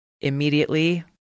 immediately